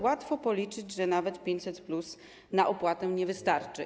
Łatwo policzyć, że nawet 500+ na opłatę nie wystarczy.